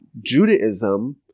Judaism